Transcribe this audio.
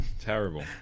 Terrible